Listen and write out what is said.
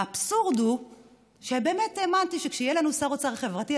והאבסורד הוא שבאמת האמנתי שכשיהיה לנו שר אוצר חברתי,